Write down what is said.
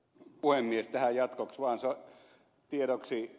tähän jatkoksi vaan tiedoksi ed